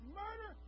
murder